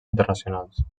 internacionals